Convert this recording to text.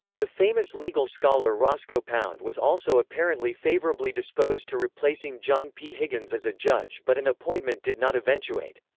the famous legal scholar roscoe pound was also apparently favourably disposed to replacing john p. higgins as a judge but an appointment did not eventuate.